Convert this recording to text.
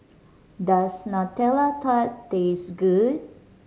does Nutella Tart taste good